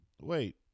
Wait